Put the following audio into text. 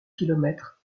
kilomètre